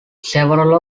several